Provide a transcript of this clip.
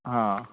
हां